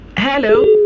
hello